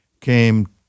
came